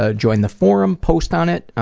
ah join the forum, post on it,